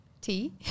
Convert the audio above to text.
Tea